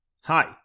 Hi